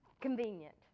convenient